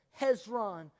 Hezron